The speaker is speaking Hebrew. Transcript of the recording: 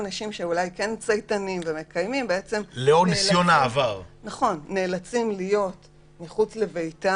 אלא שאנשים שכן מצייתים וכן מקיימים גם נאלצים להיות מחוץ לביתם,